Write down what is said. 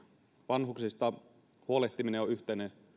vanhuksista huolehtiminen on yhteinen